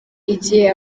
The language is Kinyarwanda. igihe